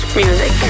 music